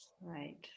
right